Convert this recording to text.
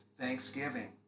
Thanksgiving